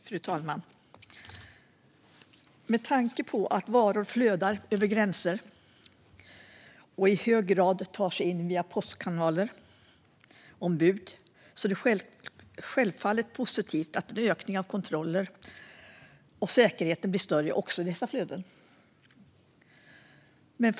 Fru talman! Med tanke på att varor flödar över gränser och i hög grad tar sig in via postkanaler och ombud är det självfallet positivt med en ökning av kontroller och att säkerheten även i dessa flöden ökar.